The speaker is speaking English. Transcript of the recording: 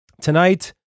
Tonight